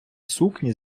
сукні